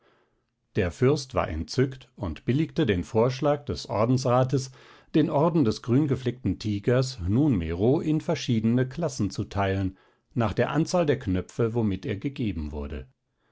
der fürst war entzückt und billigte den vorschlag des ordensrates den orden des grüngefleckten tigers nunmehro in verschiedene klassen zu teilen nach der anzahl der knöpfe womit er gegeben wurde